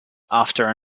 after